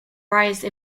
rise